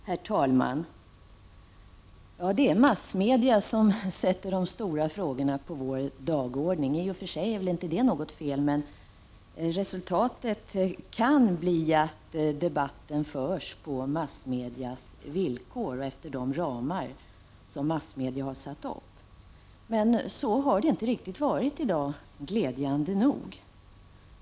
Herr talman! Det är massmedia som sätter de stora frågorna på vår dagordning. I och för sig är väl det inte något fel. Resultatet kan bli att debatten förs på massmedias villkor och efter de ramar som massmedia har satt upp. Men så har det inte riktigt varit i dag glädjande nog.